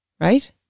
Right